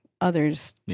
others